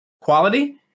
quality